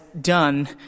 done